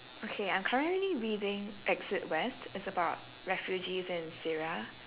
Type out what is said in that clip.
okay I'm currently reading exit west it's about refugees in syria